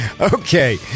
Okay